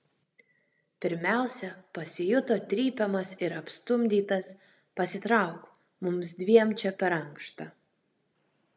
pirmiausia pasijuto trypiamas ir apstumdytas pasitrauk mums dviem čia per ankšta